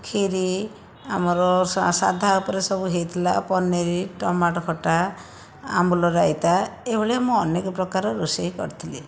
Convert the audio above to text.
କ୍ଷୀରି ଆମର ସା ସାଧା ଉପରେ ସବୁ ହୋଇଥିଲା ପନିର ଟମାଟୋ ଖଟା ଆମ୍ବୁଲ ରାଇତା ଏହିଭଳିଆ ମୁଁ ଅନେକ ପ୍ରକାର ରୋଷେଇ କରିଥିଲି